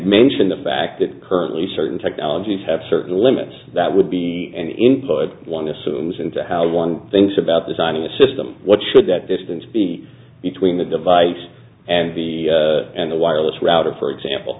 mention the fact that currently certain technologies have certain limits that would be employed one assumes into how one thinks about designing a system what should that distance be between the device and the and the wireless router for example